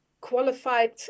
qualified